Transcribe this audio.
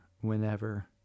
whenever